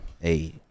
Hey